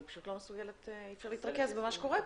אני פשוט לא מסוגלת, אי אפשר להתרכז במה שקורה פה.